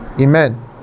Amen